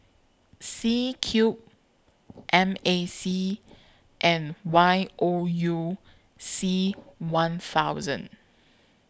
C Cube M A C and Y O U C one thousand